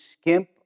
skimp